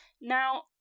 now